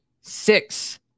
six